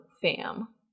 FAM